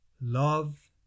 love